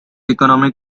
economy